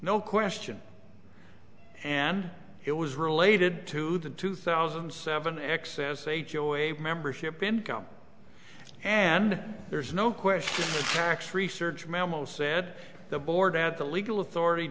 no question and it was related to the two thousand and seven excess a membership income and there's no question the tax research memo said the board at the legal authority